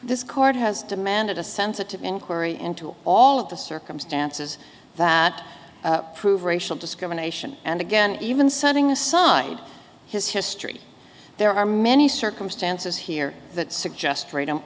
court has demanded a sensitive inquiry into all of the circumstances that prove racial discrimination and again even setting aside his history there are many circumstances here that suggest ra